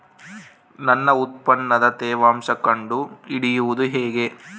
ನನ್ನ ಉತ್ಪನ್ನದ ತೇವಾಂಶ ಕಂಡು ಹಿಡಿಯುವುದು ಹೇಗೆ?